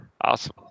Awesome